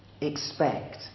Expect